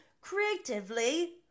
creatively